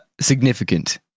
significant